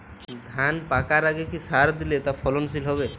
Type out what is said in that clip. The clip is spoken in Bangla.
ধান পাকার আগে কি সার দিলে তা ফলনশীল হবে?